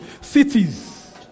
Cities